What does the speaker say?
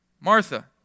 Martha